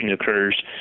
occurs